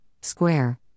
Square